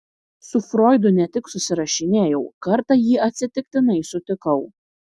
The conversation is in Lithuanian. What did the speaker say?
su froidu ne tik susirašinėjau kartą jį atsitiktinai sutikau